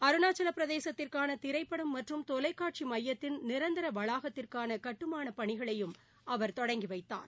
அருணாச்சல பிரதேசத்திற்கான திரைப்படம் மற்றும் தொலைக்காட்சி மையத்திள் நிரந்தர வளாகத்திற்கான கட்டுமானப் பணிகளையும் அவர் தொடங்கி வைத்தார்